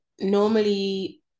normally